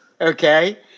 okay